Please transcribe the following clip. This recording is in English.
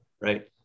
right